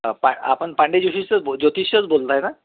आपा आपण पांडे जोषीस ज्योतिषच बोलत आहे ना